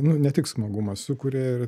nu ne tik smagumą sukuria ir